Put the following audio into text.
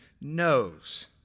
knows